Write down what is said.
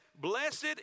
Blessed